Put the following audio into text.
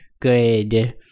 good